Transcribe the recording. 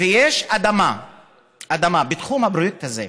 ויש אדמה בתחום הפרויקט הזה,